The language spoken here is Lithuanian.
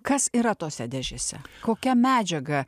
kas yra tose dėžėse kokia medžiaga